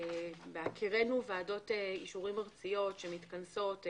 בהיכרנו ועדות אישורים ארציות שמתכנסות,